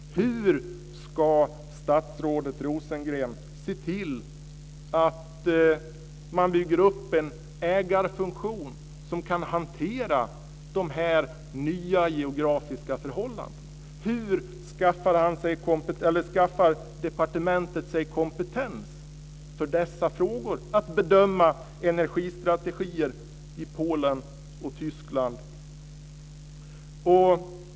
Hur ska statsrådet Rosengren se till att man bygger upp en ägarfunktion som kan hantera de nya geografiska förhållandena? Hur skaffar departementet sig kompetens för att bedöma energistrategier i Polen och Tyskland?